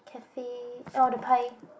cafe oh the pie